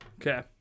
Okay